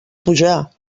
pujar